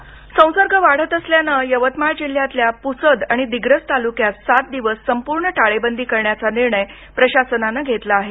यवतमाळ संसर्ग वाढत असल्यानंयवतमाळ जिल्ह्यात प्रसद आणि दिग्रस तालुक्यात सात दिवस संपूर्ण टाळेबंदी करण्याचा निर्णय प्रशासनानं घेतला आहे